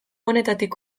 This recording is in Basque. honetatik